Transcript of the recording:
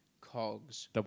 Cogs